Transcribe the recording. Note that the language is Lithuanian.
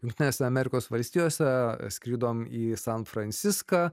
jungtinėse amerikos valstijose skridom į san franciską